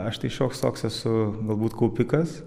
aš tai šioks toks esu galbūt kaupikas